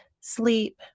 sleep